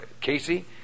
Casey